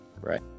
Right